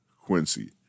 Quincy